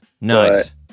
nice